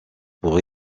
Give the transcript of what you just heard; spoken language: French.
pour